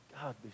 God